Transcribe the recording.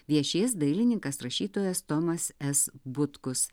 viešės dailininkas rašytojas tomas es butkus